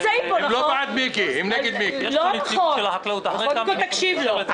תכף אני אציג אותם.